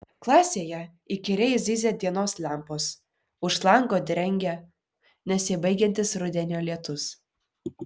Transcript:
klasėje įkyriai zyzia dienos lempos už lango drengia nesibaigiantis rudenio lietus